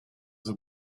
the